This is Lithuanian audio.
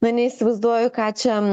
na neįsivaizduoju ką čia